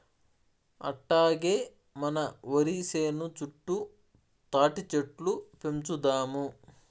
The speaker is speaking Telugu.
అట్టాగే మన ఒరి సేను చుట్టూ తాటిచెట్లు పెంచుదాము